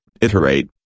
iterate